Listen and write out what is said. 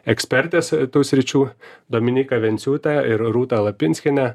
ekspertes tų sričių dominyką venciūtę ir rūtą lapinskienę